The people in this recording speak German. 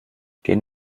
gehen